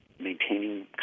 maintaining